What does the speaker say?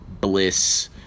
bliss